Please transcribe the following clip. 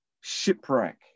Shipwreck